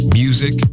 music